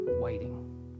waiting